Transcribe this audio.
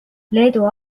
leedu